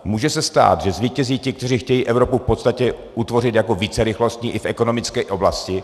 Může se stát, že zvítězí ti, kteří chtějí Evropu v podstatě utvořit jako vícerychlostní i v ekonomické oblasti.